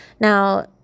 Now